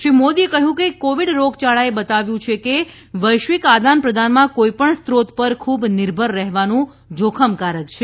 શ્રી મોદીએ કહ્યું કે કોવિડ રોગયાળાએ બતાવ્યું છે કે વૈશ્વિક આદાન પ્રદાનમાં કોઈ પણ સ્રોત પર ખૂબ નિર્ભર રહેવાનું જોખમકારક છે